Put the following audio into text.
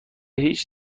هیچ